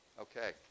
Okay